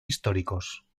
históricos